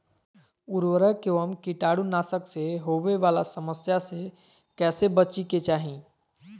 उर्वरक एवं कीटाणु नाशक से होवे वाला समस्या से कैसै बची के चाहि?